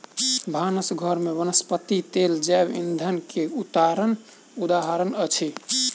भानस घर में वनस्पति तेल जैव ईंधन के उदाहरण अछि